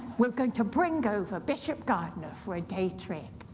we're going to bring over bishop gardiner for a day trip.